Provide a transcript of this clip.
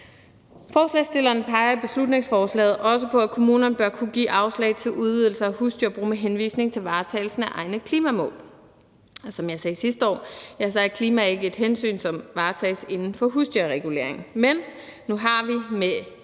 Forslagsstillerne peger i beslutningsforslaget også på, at kommunerne bør kunne give afslag til udvidelse af husdyrbrug med henvisning til varetagelsen af egne klimamål. Som jeg sagde sidste år, er klima ikke et hensyn, som varetages inden for husdyrreguleringen. Men nu har vi efter